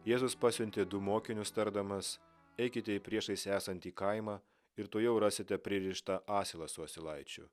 jėzus pasiuntė du mokinius tardamas eikite į priešais esantį kaimą ir tuojau rasite pririštą asilą su asilaičiu